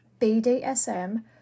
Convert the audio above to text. BDSM